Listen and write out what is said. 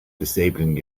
disabling